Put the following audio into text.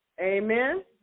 Amen